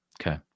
Okay